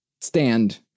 stand